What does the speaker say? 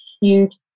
huge